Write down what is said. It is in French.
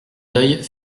deuil